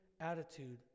attitude